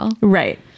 Right